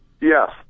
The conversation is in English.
yes